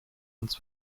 uns